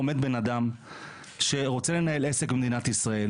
עומד בן אדם שרוצה לנהל עסק במדינת ישראל,